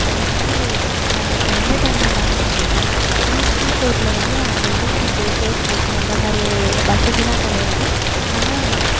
அது மாரி நம்மளுக்கு எண்டர்டெயின்மெண்ட்டாகவும் இருக்கும் ஆனால் கீபோர்டில் வந்து அந்த யூடுயூபை ஃபேஸ்புக் அந்த மாதிரி வசதிலாம் கிடையாது ஆனால்